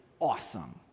awesome